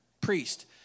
priest